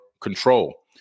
control